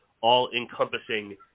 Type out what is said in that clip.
all-encompassing